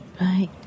Right